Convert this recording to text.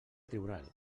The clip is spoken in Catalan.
tribunal